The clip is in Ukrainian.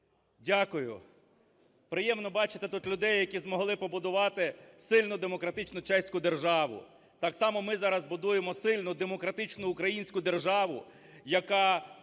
Дякую. Приємно бачити тут людей, які змогли побудувати сильну демократичну чеську державу. Так само ми зараз будуємо сильну демократичну українську державу, яка